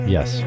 Yes